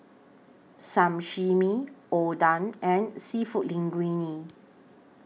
Sashimi Oden and Seafood Linguine